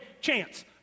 Chance